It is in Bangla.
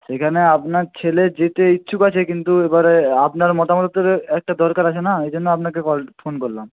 সেখানে আপনার ছেলে যেতে ইচ্ছুক আছে কিন্তু এবারে আপনার মতামতেরও একটা দরকার আছে না এই জন্য আপনাকে কল ফোন করলাম